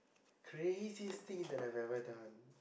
craziest thing that I've ever done